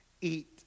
eat